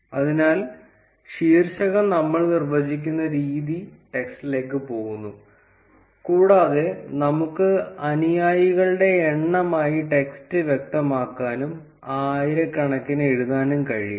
അതിനാൽ ശീർഷകം നമ്മൾ നിർവ്വചിക്കുന്ന രീതി ടെക്സ്റ്റിലേക്ക് പോകുന്നു കൂടാതെ നമുക്ക് അനുയായികളുടെ എണ്ണമായി ടെക്സ്റ്റ് വ്യക്തമാക്കാനും ആയിരക്കണക്കിന് എഴുതാനും കഴിയും